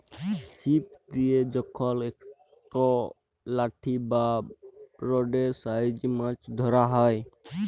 ছিপ দিয়ে যখল একট লাঠি বা রডের সাহায্যে মাছ ধ্যরা হ্যয়